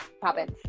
Poppins